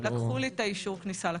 לקחו לי את האישור כניסה לכנסת,